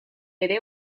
ere